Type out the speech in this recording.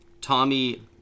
Tommy